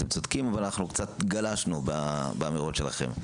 אתם צודקים אבל אנחנו קצת גלשנו באמירות שלכם,